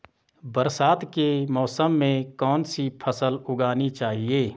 बरसात के मौसम में कौन सी फसल उगानी चाहिए?